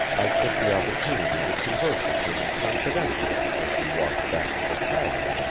i took the opportunity to converse with him confidentially as we walked back to the tavern.